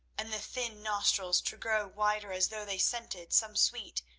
and the thin nostrils to grow wider as though they scented some sweet,